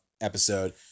episode